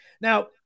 Now